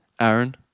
Aaron